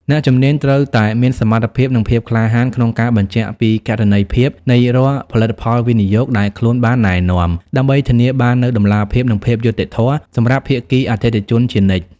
អ្នកជំនាញត្រូវតែមានសមត្ថភាព និងភាពក្លាហានក្នុងការបញ្ជាក់ពីគណនេយ្យភាពនៃរាល់ផលិតផលវិនិយោគដែលខ្លួនបានណែនាំ ដើម្បីធានាបាននូវតម្លាភាព និងភាពយុត្តិធម៌សម្រាប់ភាគីអតិថិជនជានិច្ច។